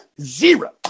zero